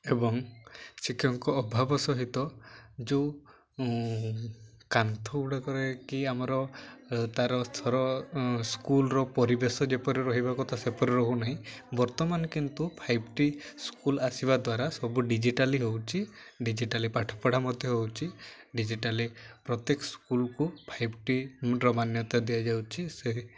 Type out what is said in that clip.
ଏବଂ ଶିକ୍ଷକଙ୍କ ଅଭାବ ସହିତ ଯେଉଁ କାନ୍ଥଗୁଡ଼ାକରେ କି ଆମର ତାର ଥର ସ୍କୁଲର ପରିବେଶ ଯେପରି ରହିବା କଥା ସେପରେ ରହୁନାହିଁ ବର୍ତ୍ତମାନ କିନ୍ତୁ ଫାଇଭଟି ସ୍କୁଲ ଆସିବା ଦ୍ୱାରା ସବୁ ଡିଜିଟାଲି ହଉଛି ଡିଜିଟାଲି ପାଠପଢ଼ା ମଧ୍ୟ ହଉଛି ଡିଜିଟାଲି ପ୍ରତ୍ୟେକ ସ୍କୁଲକୁ ଫାଇଭଟିର ମାନ୍ୟତା ଦିଆଯାଉଛି ସେ